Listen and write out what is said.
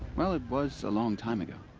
well, it was a long time ago.